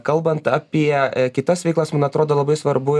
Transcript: kalbant apie kitas veiklas man atrodo labai svarbu